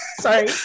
Sorry